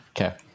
Okay